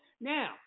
Now